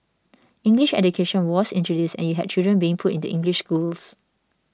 English education was introduced and you had children being put into English schools